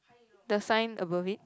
the sign above it